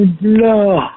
No